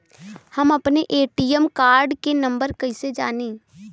हम अपने ATM card के नंबर कइसे जानी?